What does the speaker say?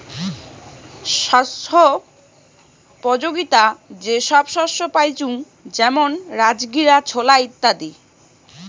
ছাস্থ্যোপযোগীতা যে সব শস্য পাইচুঙ যেমন রাজগীরা, ছোলা ইত্যাদি